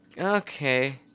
okay